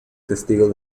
testigo